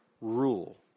rule